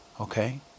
okay